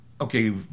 okay